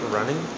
Running